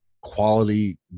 quality